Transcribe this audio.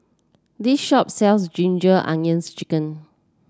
this shop sells Ginger Onions chicken